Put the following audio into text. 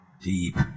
deep